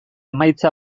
emaitza